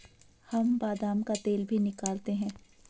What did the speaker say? हम बादाम का तेल भी निकालते हैं